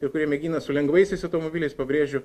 ir kurie mėgina su lengvaisiais automobiliais pabrėžiu